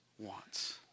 wants